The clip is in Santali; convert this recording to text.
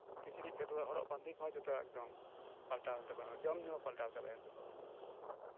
ᱠᱤᱪᱨᱤᱪ ᱠᱷᱟᱹᱰᱣᱟᱹᱜ ᱦᱚᱨᱚᱜ ᱵᱟᱸᱫᱮ ᱠᱚᱦᱚᱸ ᱮᱠᱫᱚᱢ ᱯᱟᱞᱴᱟᱣ ᱮᱱᱛᱟᱵᱚᱱᱟ ᱡᱚᱢ ᱧᱩ ᱦᱚᱸ ᱯᱟᱞᱴᱟᱣ ᱪᱟᱵᱟᱭᱮᱱ ᱛᱟᱵᱚᱱᱟ